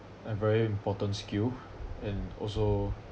a very important skill and also